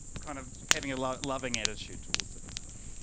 kind of having a like loving attitude towards it as well